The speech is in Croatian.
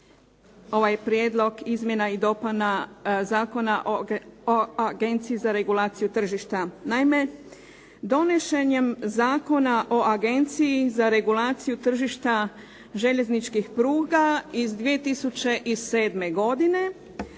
ovaj prijedlog izmjena i dopuna Zakona o Agenciji za regulaciju tržišta. Naime, donošenjem Zakona o Agenciji za regulaciju tržišta željezničkih pruga iz 2007. godine